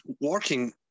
working